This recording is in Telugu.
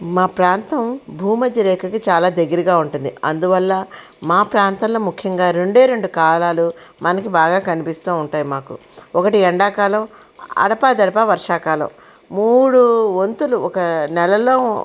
మా ప్రాంతం భూమధ్యరేఖకు చాలా దగ్గరగా ఉంటుంది అందువల్ల మా ప్రాంతంలో ముఖ్యంగా రెండే రెండు కాలాలూ మనకు బాగా కనిపిస్తూ ఉంటాయి మాకు ఒకటి ఎండాకాలం అడపదడప వర్షాకాలం మూడు వంతులు ఒక నెలలో